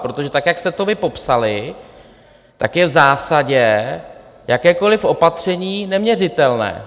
Protože tak jak jste to vy popsali, tak je v zásadě jakékoliv opatření neměřitelné.